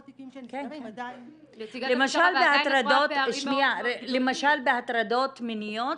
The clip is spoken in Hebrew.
תיקים שנפתרים ועדיין --- למשל בהטרדות מיניות